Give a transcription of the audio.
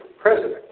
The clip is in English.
president